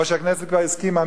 או שהכנסת כבר הסכימה,